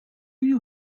you